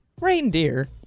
Reindeer